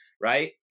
right